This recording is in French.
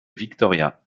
victoria